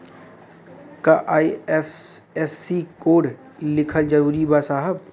का IFSC code लिखल जरूरी बा साहब?